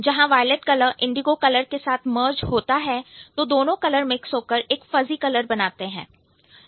जहां violet colour indigo colour के साथ मर्ज होता है तो दोनों कलर मिक्स होकर एक fuzzy फज़ी कलर बनाते हैं